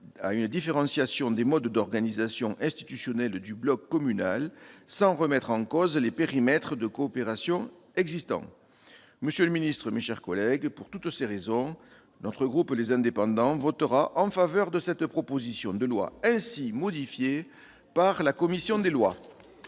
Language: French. à une différenciation des modes d'organisation institutionnelle du bloc communal sans remettre en cause les périmètres de coopération existants. Monsieur le ministre, mes chers collègues, pour toutes ces raisons, le groupe Les Indépendants-République et Territoires votera en faveur de l'adoption de cette proposition de loi ainsi modifiée par la commission des lois.